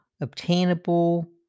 obtainable